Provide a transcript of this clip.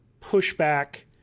pushback